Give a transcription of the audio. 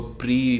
pre